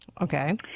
Okay